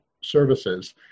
services